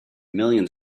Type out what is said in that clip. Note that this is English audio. millions